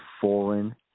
foreign